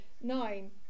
nine